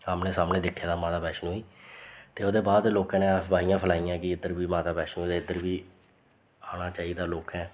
आमनै सामनै दिक्खे दा माता वैश्नो गी ते ओह्दे बाद लोकें ने अफवाइयां फलाइयां कि इद्धर बी माता वैश्नो दे इद्धर बी आना चाहिदा लोकें